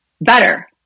better